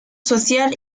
social